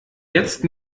jetzt